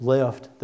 left